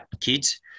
kids